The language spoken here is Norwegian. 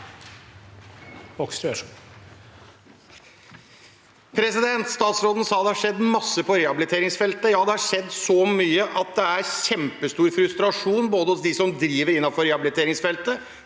Statsråden sa at det har skjedd masse på rehabiliteringsfeltet. Ja, det har skjedd så mye at det er kjempestor frustrasjon, både hos dem som driver innenfor rehabiliteringsfeltet,